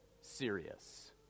serious